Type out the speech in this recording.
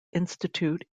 institute